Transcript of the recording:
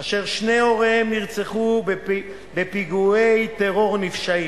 אשר שני הוריהם נרצחו בפיגועי טרור נפשעים,